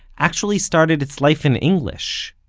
actually started its life in english,